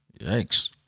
Yikes